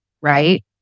right